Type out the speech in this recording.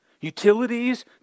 utilities